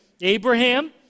Abraham